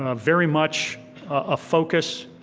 ah very much a focus.